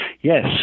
Yes